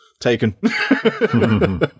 taken